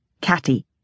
Catty